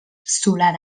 solar